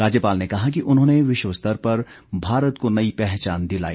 राज्यपाल ने कहा कि उन्होंने विश्व स्तर पर भारत को नई पहचान दिलाई